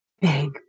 big